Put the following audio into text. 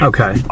Okay